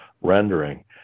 rendering